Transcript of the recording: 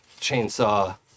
Chainsaw